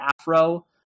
Afro